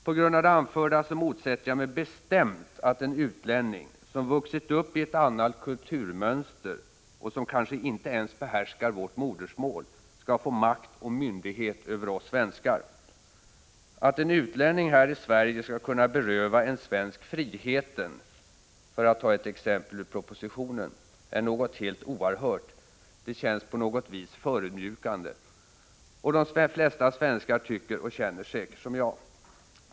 På grund av det anförda motsätter jag mig bestämt att en utlänning, som vuxit upp i ett annat kulturmönster och som kanske inte ens behärskar vårt modersmål, skall få makt och myndighet över oss svenskar. Att en utlänning här i Sverige skall kunna beröva en svensk friheten — för att ta ett exempel ur propositionen — är något helt oerhört; det känns på något vis förödmjukande. Och de flesta svenskar tycker och känner säkert som jag.